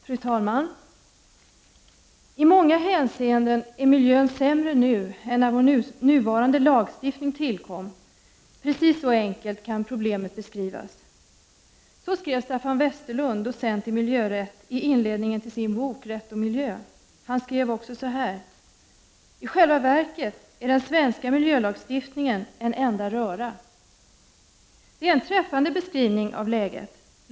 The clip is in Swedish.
Fru talman! I många hänseenden är miljön sämre nu än när vår nuvarande lagstiftning tillkom. Precis så enkelt kan problemet beskrivas. Så skrev Staffan Westerlund, docent i miljörätt, i inledningen till sin bok Rätt och miljö. Han skrev också följande: I själva verket är den svenska miljölagstiftningen en enda röra. Det är en träffande beskrivning av läget.